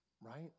right